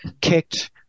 kicked